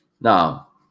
Now